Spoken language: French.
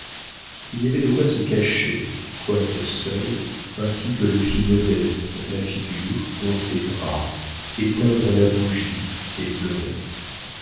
il y avait de quoi se cacher quoique seule ainsi que le fit modeste la figure dans ses draps éteindre la bougie et pleurer